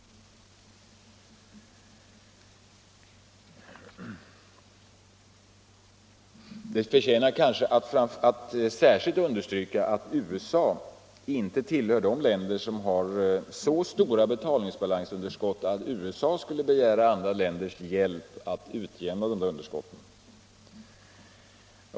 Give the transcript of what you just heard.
Det förtjänar kanske att särskilt understrykas att USA inte tillhör de länder som har så stora betalningsbalansunderskott att USA skulle begära andra länders hjälp för att utjämna dessa underskott.